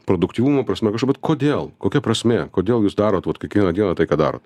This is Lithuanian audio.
produktyvumo prasme kažko bet kodėl kokia prasmė kodėl jūs darot vat kiekvieną dieną tai ką darot